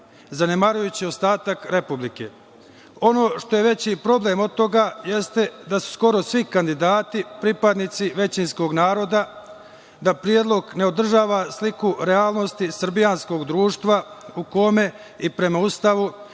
zanemarujući ostatak Republike. Ono što je veći problem od toga jeste da su skoro svi kandidati pripadnici većinskog naroda, da predlog ne održava sliku realnosti srbijanskog društva u kome i prema Ustavu